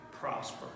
prosper